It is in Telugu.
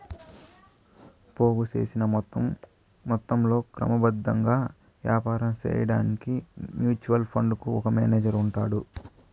పోగు సేసిన మొత్తంలో క్రమబద్ధంగా యాపారం సేయడాన్కి మ్యూచువల్ ఫండుకు ఒక మేనేజరు ఉంటాడు